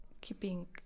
keeping